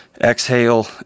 exhale